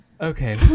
Okay